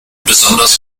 besonders